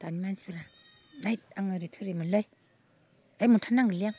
दानि मानसिफोरा दोइद आं ओरै थोरै मोनलै ओइ मोनथार नांगोनलै आं